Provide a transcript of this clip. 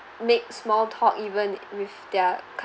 make small talk even with their